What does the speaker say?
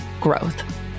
growth